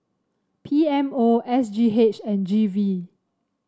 P M O S G H and G V